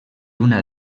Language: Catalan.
una